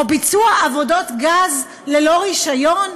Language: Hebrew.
או ביצוע עבודות גז ללא רישיון?